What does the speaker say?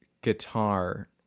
guitar